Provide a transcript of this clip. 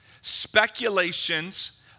speculations